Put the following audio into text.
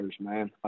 man